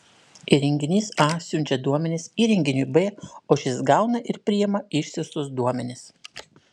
įrenginys a siunčia duomenis įrenginiui b o šis gauna ir priima išsiųstus duomenis